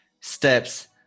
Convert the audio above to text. steps